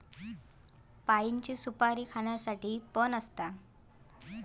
पाइनची सुपारी खाण्यासाठी पण असता